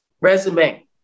Resume